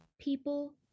people